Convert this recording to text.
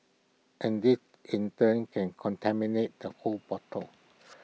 and this in turn can contaminate the whole bottle